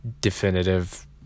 definitive